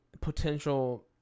potential